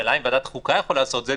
השאלה אם ועדת החוקה יכולה לעשות את זה,